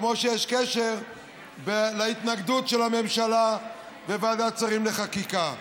כמו שיש קשר להתנגדות של הממשלה בוועדת שרים לחקיקה.